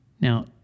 Now